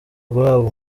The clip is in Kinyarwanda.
guhabwa